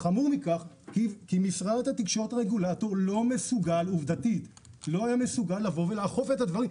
כי משרד התקשורת לא היה מסוגל לאכוף את הדברים.